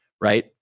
right